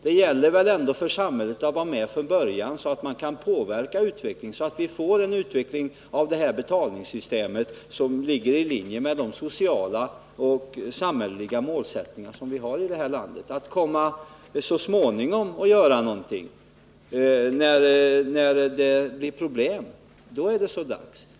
Det gäller väl ändå för samhället att vara med från början, så att man kan påverka utvecklingen och få ett betalningssystem som ligger i linje med de sociala och samhälleliga målsättningar som vi har i det här landet. Så småningom, när problemen redan uppstått — då är det så dags att göra någonting!